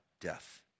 death